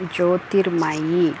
Jyotirmayi